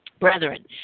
Brethren